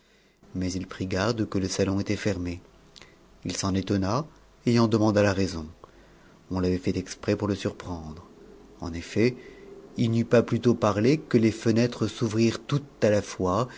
mais il prit garde que le salon était fermé il s'en étonna et en demanda la raison on l'avait fait cxprps pour f surprendre en efret il n'eut pas plus tôt part que jp fenêtres s'ouvrirent toutes à la fois